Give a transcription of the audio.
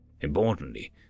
Importantly